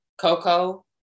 Coco